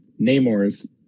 Namor's